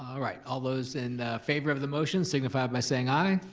all right, all those in favor of the motion, signify by saying i.